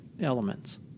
elements